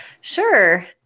Sure